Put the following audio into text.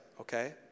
okay